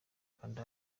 kanda